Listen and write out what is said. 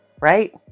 right